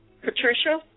Patricia